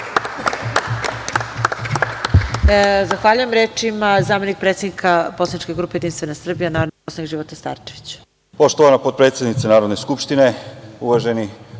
Zahvaljujem. Reč ima zamenik predsednika poslaničke grupe Jedinstvena Srbija narodni poslanik Života Starčević.